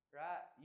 right